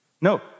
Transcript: No